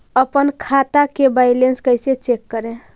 अपन खाता के बैलेंस कैसे चेक करे?